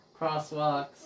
Crosswalks